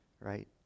right